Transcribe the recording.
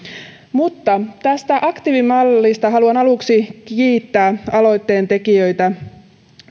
mutta tästä aktiivimallista haluan aluksi kiittää aloitteen tekijöitä